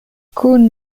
kun